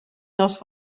nos